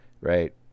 right